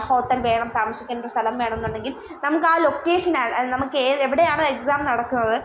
hotel വേണം താമസിക്കാനൊരു സ്ഥലം വേണമെന്നുണ്ടെങ്കിൽ നമുക്കാ ലൊക്കേഷനാണ് നമുക്ക് എവിടെയാണ് എക്സാം നടക്കുന്നത്